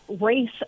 race